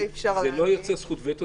זה לא יוצר זכות וטו,